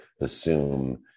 assume